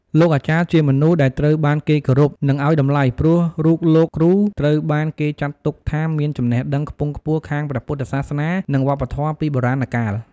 លោកអាចារ្យជាមនុស្សដែលត្រូវបានគេគោរព និងឱ្យតម្លៃព្រោះរូបលោកគ្រូត្រូវបានគេចាក់ទុកថាមានចំណេះដឹងខ្ពង់ខ្ពស់ខាងព្រះពុទ្ធសាសនានិងវប្បធម៍ពីបុរាណកាល។